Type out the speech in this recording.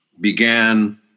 began